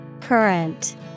Current